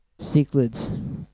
cichlids